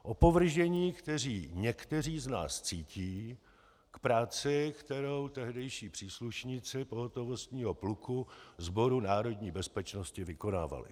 Opovržení, kteří někteří z nás cítí k práci, kterou tehdejší příslušníci pohotovostního pluku Sboru národní bezpečnosti vykonávali.